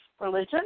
religion